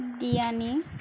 biryani